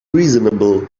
reasonable